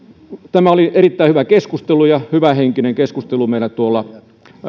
tämä oli erittäin hyvä keskustelu ja hyvähenkinen keskustelu oli meillä